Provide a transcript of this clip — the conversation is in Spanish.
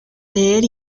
leer